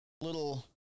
little